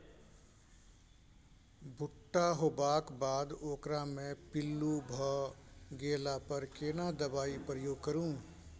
भूट्टा होबाक बाद ओकरा मे पील्लू भ गेला पर केना दबाई प्रयोग करू?